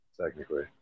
technically